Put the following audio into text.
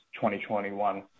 2021